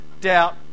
doubt